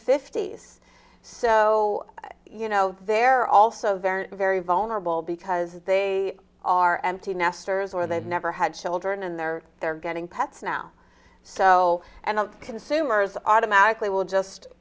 fifty's so you know they're also very very vulnerable because they are empty nesters or they've never had children and they're they're getting pets now so and consumers automatically will just